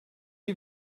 are